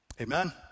Amen